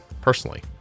personally